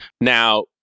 Now